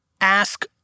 ask